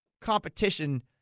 competition